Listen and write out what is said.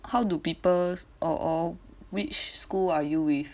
how do people or or which school are you with